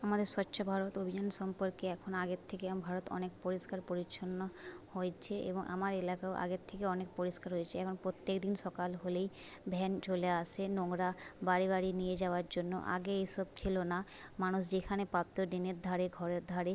আমাদের স্বচ্ছ ভারত অভিযান সম্পর্কে এখন আগের থেকে ভারত অনেক পরিষ্কার পরিচ্ছন্ন হয়েছে এবং আমার এলাকাও আগের থেকে অনেক পরিষ্কার হয়েছে এখন প্রত্যেকদিন সকাল হলেই ভ্যান চলে আসে নোংরা বাড়ি বাড়ি নিয়ে যাওয়ার জন্য আগে এসব ছিল না মানুষ যেখানে পারত ড্রেনের ধারে ঘরের ধারে